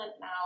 now